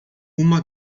uma